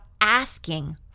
asking